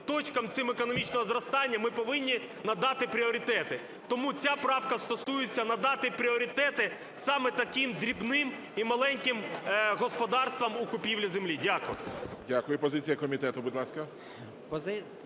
точкам цим економічного зростання ми повинні надати пріоритети. Тому ця правка стосується надати пріоритети саме таким дрібним і маленьким господарствам у купівлі землі. Дякую.